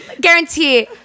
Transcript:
guarantee